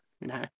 No